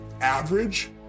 average